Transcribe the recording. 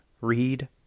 read